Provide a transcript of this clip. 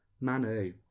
Manu